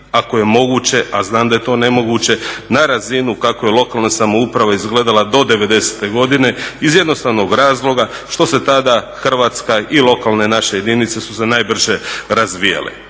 ako je moguće, a znam da je to nemoguće, na razinu kako je lokalna samouprave izgledala do 90.te godine iz jednostavnog razloga što se tada Hrvatska i lokalne naše jedinice su se najbrže razvijale.